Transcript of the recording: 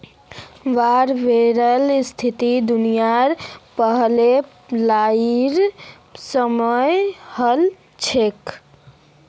वार बांडेर स्थिति दुनियार पहला लड़ाईर समयेत हल छेक